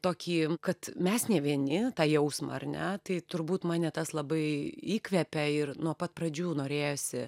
tokį kad mes ne vieni tą jausmą ar ne tai turbūt mane tas labai įkvepia ir nuo pat pradžių norėjosi